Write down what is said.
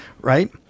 right